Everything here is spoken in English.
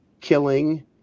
killing